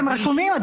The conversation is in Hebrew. הדברים רשומים.